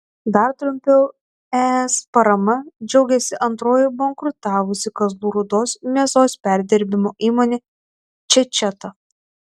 dar trumpiau es parama džiaugėsi antroji bankrutavusi kazlų rūdos mėsos perdirbimo įmonė čečeta